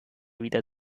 wieder